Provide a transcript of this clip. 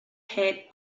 head